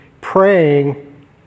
praying